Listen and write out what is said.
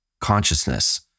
consciousness